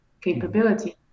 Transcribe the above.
capability